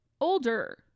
older